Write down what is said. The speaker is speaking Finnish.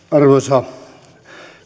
arvoisa